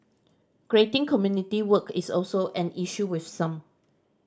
grading community work is also an issue with some